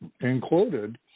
included